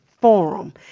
Forum